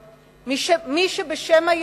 מי שבשם היהדות